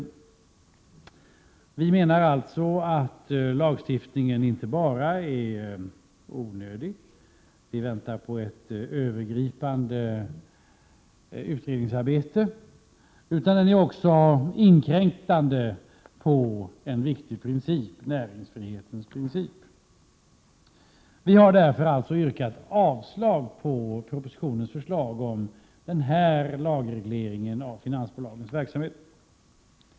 Vi menar alltså att lagstiftningen inte bara är onödig, vi väntar på ett övergripande utredningsarbete. Den är också inkräktande på en viktig princip, näringsfrihetens princip. Därför har vi yrkat avslag på propositionens förslag om den här lagregleringen av finansbolagens verksamhet.